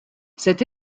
cette